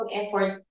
effort